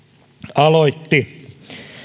aloitti